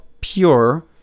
pure